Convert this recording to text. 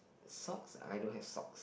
socks I don't have socks